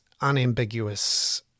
unambiguous